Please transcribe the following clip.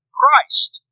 Christ